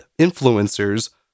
influencers